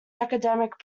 academic